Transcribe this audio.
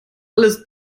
alles